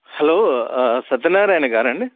hello సత్యనారాయణగారా అండి